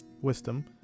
Wisdom